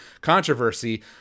controversy